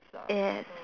yes